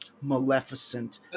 Maleficent